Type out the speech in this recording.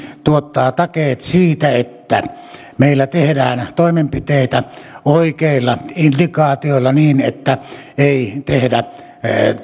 tuottaa takeet siitä että meillä tehdään toimenpiteitä oikeilla indikaatioilla niin että ei tehdä